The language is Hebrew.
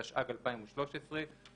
התשע"ג 2013‏,